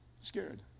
Scared